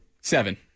Seven